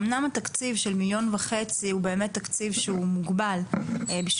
אמנם התקציב של מיליון וחצי הוא באמת תקציב שהוא מוגבל בשביל